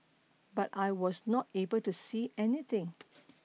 but I was not able to see anything